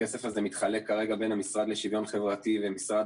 הכסף הזה מתחלק כרגע בין המשרד לשוויון חברתי לבין משרד